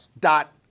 dot